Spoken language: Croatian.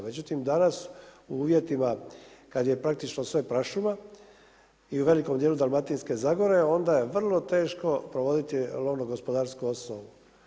Međutim, danas u uvjetima kada je praktično sve prašuma i u velikom dijelu Dalmatinske zagore onda je vrlo teško provoditi lovnogospodarsku osnovu.